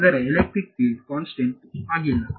ಅದರ electric field constant ಆಗಿಲ್ಲ